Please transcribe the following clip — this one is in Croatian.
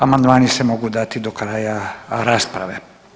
Amandmani se mogu dati do kraja rasprave.